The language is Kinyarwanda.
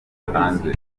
hanze